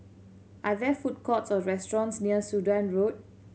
are there food courts or restaurants near Sudan Road